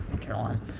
Caroline